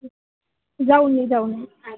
जाऊन येऊ जाऊन येऊ